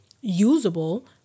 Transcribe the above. usable